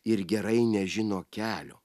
ir gerai nežino kelio